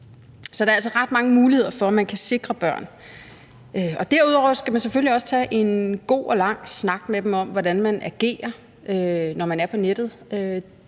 Så der er altså ret mange muligheder for, at man kan sikre børn. Derudover skal man selvfølgelig også tage en god og lang snak med dem om, hvordan man agerer, når man er på nettet.